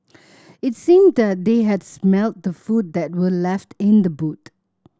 it seemed that they had smelt the food that were left in the boot